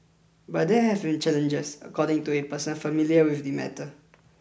but there have been challenges according to a person familiar with the matter